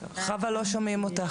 לא שומעים אותך.